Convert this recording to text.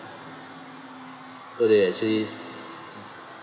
so they actually